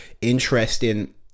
interesting